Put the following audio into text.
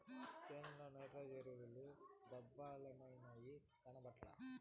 చేనుల నైట్రోజన్ ఎరువుల డబ్బలేమైనాయి, కనబట్లా